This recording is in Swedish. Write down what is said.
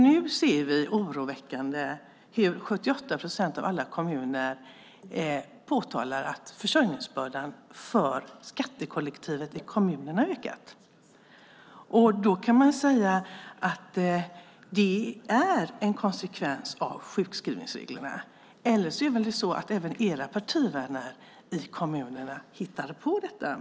Det är oroväckande att 78 procent av alla kommuner nu påtalar att försörjningsbördan för skattekollektivet i kommunen har ökat. Det är en konsekvens av sjukskrivningsreglerna, eller också hittar era partivänner i kommunerna på detta.